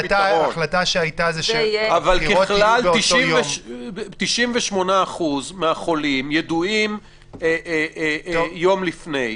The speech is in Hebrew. ככלל, 98% מהחולים ידועים יום לפני.